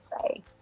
say